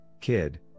kid